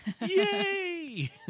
Yay